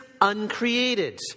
uncreated